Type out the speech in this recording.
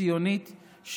ציונית,